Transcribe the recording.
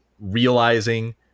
realizing